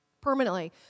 permanently